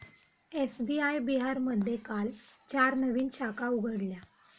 SBI बिहारमध्ये काल चार नवीन शाखा उघडल्या